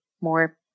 more